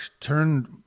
turn